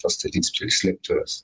pastatyt slėptuves